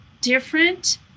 different